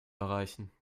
erreichen